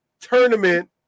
tournament